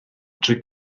trwy